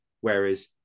Whereas